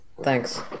thanks